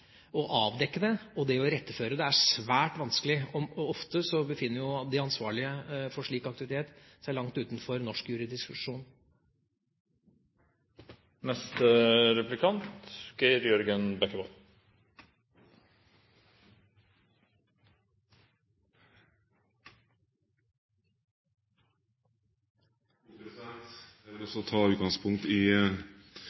Å avdekke det og det å iretteføre det er svært vanskelig, og ofte befinner jo de ansvarlige for slik aktivitet seg langt utenfor norsk